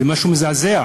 זה משהו מזעזע.